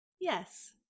Yes